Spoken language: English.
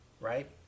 right